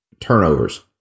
turnovers